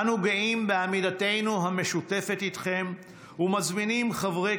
אנו גאים בעמידתנו המשותפת איתכם ומזמינים חברי